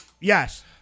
Yes